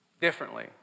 differently